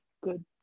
good